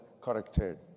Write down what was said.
corrected